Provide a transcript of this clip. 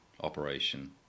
operation